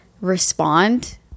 respond